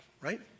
right